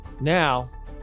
Now